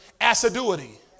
assiduity